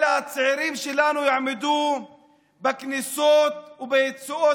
אלא הצעירים שלנו יעמדו בכניסות וביציאות